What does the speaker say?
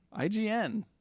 IGN